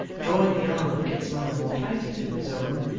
drawing the arm of kit's mother more tightly through his own,